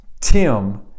Tim